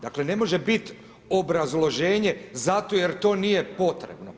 Dakle ne može biti obrazloženje zato jer to nije potrebno.